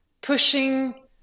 pushing